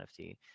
nft